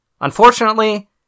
Unfortunately